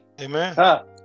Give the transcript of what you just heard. Amen